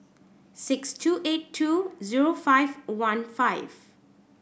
six two eight two zero five one five